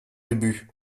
ubu